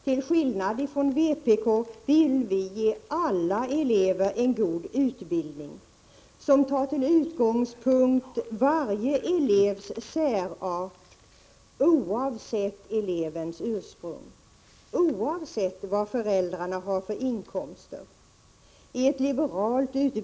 Till skillnad från vpk vill vi ge alla elever en god utbildning, som tar till utgångspunkt varje elevs särart, oavsett elevens ursprung, oavsett vad föräldrarna har för inkomster.